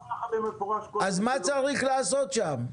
אמרתי לך במפורש קודם שלא --- אז מה צריך לעשות שם?